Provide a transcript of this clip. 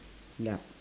ya